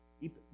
Keep